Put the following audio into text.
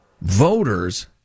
Voters